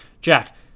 Jack